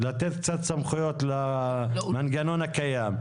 לתת קצת סמכויות למנגנון הקיים.